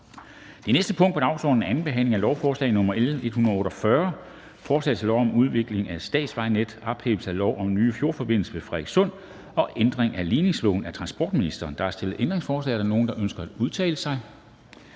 Det næste punkt på dagsordenen er: 13) 2. behandling af lovforslag nr. L 148: Forslag til lov om udvikling af statsvejnettet, ophævelse af lov om en ny fjordforbindelse ved Frederikssund og ændring af ligningsloven. Af transportministeren (Trine Bramsen). (Fremsættelse